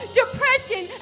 depression